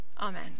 Amen